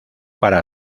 para